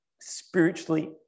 spiritually